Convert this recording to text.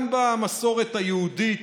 גם במסורת היהודית,